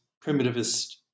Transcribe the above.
primitivist